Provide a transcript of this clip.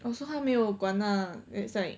oh so 他没有管 lah it's like